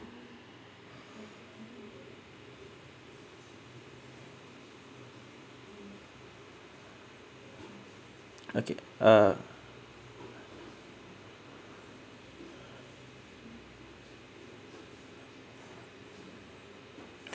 okay uh